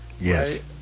Yes